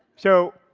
so,